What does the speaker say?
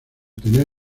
tener